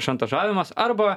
šantažavimas arba